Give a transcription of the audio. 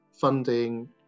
funding